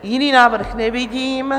Jiný návrh nevidím.